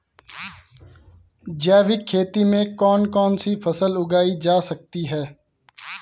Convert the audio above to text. जैविक खेती में कौन कौन सी फसल उगाई जा सकती है?